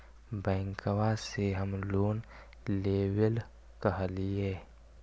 बैंकवा से हम लोन लेवेल कहलिऐ?